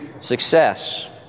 success